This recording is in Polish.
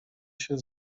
się